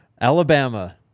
Alabama